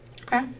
Okay